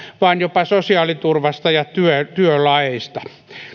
vaan jopa sosiaaliturvasta ja työlaeista